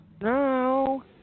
No